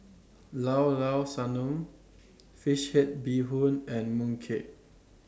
Llao Llao Sanum Fish Head Bee Hoon and Mooncake